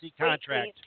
contract